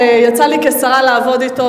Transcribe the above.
שיצא לי כשרה לעבוד אתו,